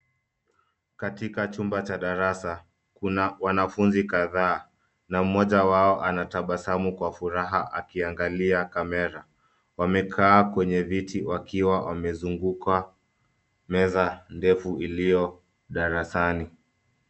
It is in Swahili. Katika chumba cha darasa, kuna wanafunzi kadhaa, na mmoja wao anatabasamu kwa furaha akiangalia kamera, wamekaa kwenye viti wakiwa wamezunguka meza ndefu iliyo darasani.